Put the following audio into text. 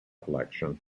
election